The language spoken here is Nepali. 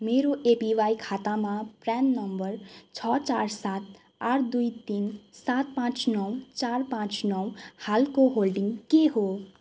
मेरो एपिवाई खातामा प्रान नम्बर छ चार सात आठ दुई तिन सात पाँच नौ चार पाँच नौ हालको होल्डिङ के हो